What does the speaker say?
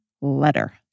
letter